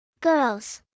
girls